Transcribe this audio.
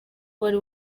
uwari